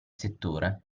settore